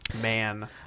man